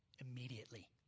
immediately